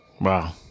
Wow